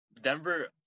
Denver